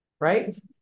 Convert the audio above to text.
right